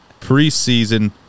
preseason